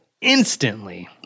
instantly